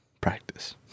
practice